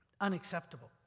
unacceptable